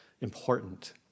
important